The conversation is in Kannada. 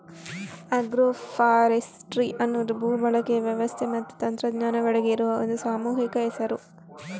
ಆಗ್ರೋ ಫಾರೆಸ್ಟ್ರಿ ಅನ್ನುದು ಭೂ ಬಳಕೆಯ ವ್ಯವಸ್ಥೆ ಮತ್ತೆ ತಂತ್ರಜ್ಞಾನಗಳಿಗೆ ಇರುವ ಒಂದು ಸಾಮೂಹಿಕ ಹೆಸರು